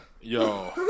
Yo